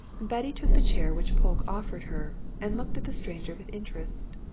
betty took the chair which polke offered her, and looked at the stranger with interest.